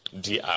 dr